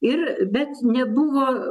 ir bet nebuvo